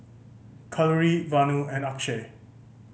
Kalluri Vanu and Akshay